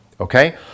okay